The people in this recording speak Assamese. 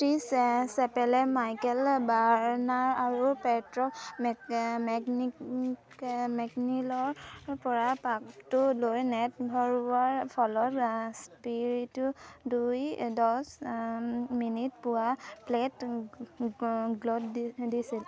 ক্ৰিছ চেপেলে মাইকেল বাৰনাৰ আৰু পেট্ৰিক মেকনিলৰপৰা পাকটো লৈ নেটত ভৰোৱাৰ ফলত স্পিৰিটে দুই দছ মিনিটত পাৱাৰ প্লে'ত গ'ল দিছিল